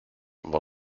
war